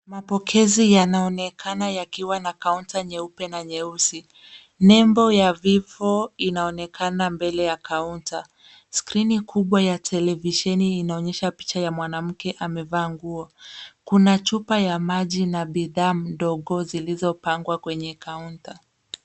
Mapokezi yanaonekana yakiwa na kaunta nyeupe na nyeusi. Nembo ya Vivo inaonekana mbele ya kaunta. Skrini kubwa ya televisheni inaonyesha picha ya mwanamke amevaa nguo. Kuna chupa ya maji na bidhaa mdogo zilizopangwa kwenye kaunta.